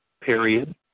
period